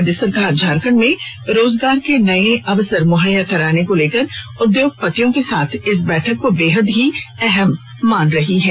राज्य सरकार झारखंड में रोजगार के नये अवसर मुहैया कराने को लेकर उद्योगपतियों के साथ इस बैठक को बेहद ही अहम मान रही है